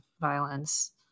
violence